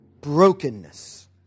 brokenness